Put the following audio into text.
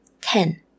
ten